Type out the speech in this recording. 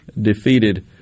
defeated